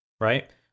right